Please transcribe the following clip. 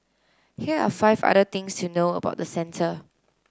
here are five other things to know about the centre